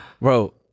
Bro